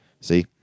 See